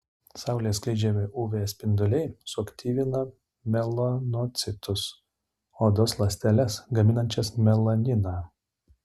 saulės skleidžiami uv spinduliai suaktyvina melanocitus odos ląsteles gaminančias melaniną